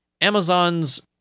Amazon's